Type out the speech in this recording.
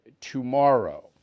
tomorrow